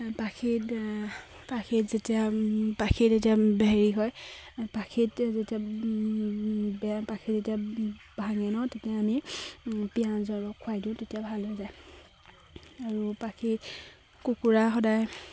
পাখিত পাখিত যেতিয়া পাখিত যেতিয়া হেৰি হয় পাখিত যেতিয়া পাখি যেতিয়া ভাঙে ন তেতিয়া আমি পিঁয়াজ ৰস খুৱাই দিওঁ তেতিয়া ভাল হৈ যায় আৰু পাখি কুকুৰা সদায়